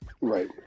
Right